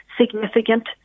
significant